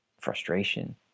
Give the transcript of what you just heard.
frustration